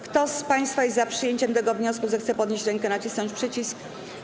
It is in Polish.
Kto z państwa jest za przyjęciem tego wniosku, zechce podnieść rękę i nacisnąć przycisk.